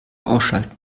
ausschalten